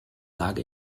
lage